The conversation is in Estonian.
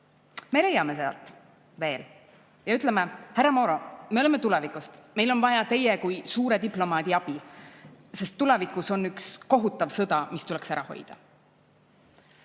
Me leiame ta sealt veel ja ütleme: härra Moro, me oleme tulevikust, meil on vaja teie kui suure diplomaadi abi, sest tulevikus on üks kohutav sõda, mis tuleks ära hoida.